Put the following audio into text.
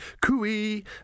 Cooey